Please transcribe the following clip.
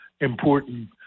important